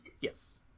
Yes